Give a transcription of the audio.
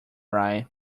right